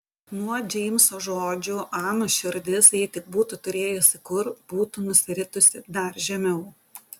nuo džeimso žodžių anos širdis jei tik būtų turėjusi kur būtų nusiritusi dar žemiau